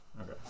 Okay